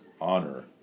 honor